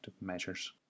measures